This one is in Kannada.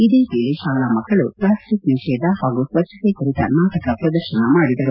ಇದೇ ವೇಳೆ ಶಾಲಾ ಮಕ್ಕಳು ಪ್ಲಾಸ್ಟಿಕ್ ನಿಷೇಧ ಹಾಗೂ ಸ್ಥಭ್ಲತೆ ಕುರಿತ ನಾಟಕ ಪ್ರದರ್ಶನ ಮಾಡಿದರು